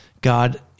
God